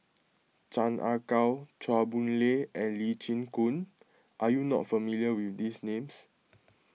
Chan Ah Kow Chua Boon Lay and Lee Chin Koon are you not familiar with these names